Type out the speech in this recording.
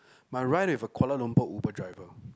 my ride with a Kuala-Lumpur Uber driver